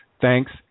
thanks